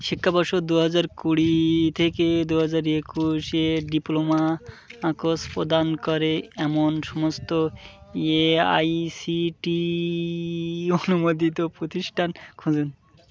শিক্ষাবর্ষ দু হাজার কুড়ি থেকে দু হাজার একুশে ডিপ্লোমা কোর্স প্রদান করে এমন সমস্ত এআইসিটিই অনুমোদিত প্রতিষ্ঠান খুঁজুন